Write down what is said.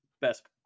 best